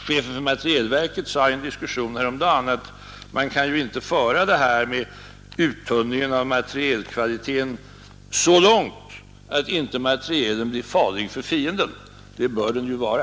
Chefen för materielverket sade i en diskussion häromdagen att man inte kan föra uttunningen av materielkvalitén så långt att materielen inte blir farlig för fienden. Det bör den ju vara.